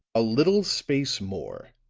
a little space more,